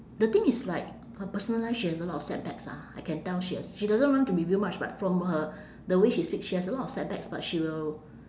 the thing is like her personal life she has a lot of setbacks ah I can tell she has she doesn't want to reveal much but from her the way she speak she has a lot of setbacks but she will